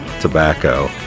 tobacco